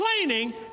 complaining